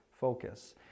focus